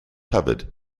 hubbard